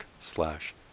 slash